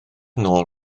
nôl